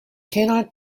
cannot